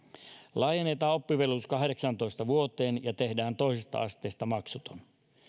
laajennetaan oppivelvollisuus kahdeksaantoista vuoteen ja tehdään toisesta asteesta maksuton